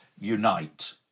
unite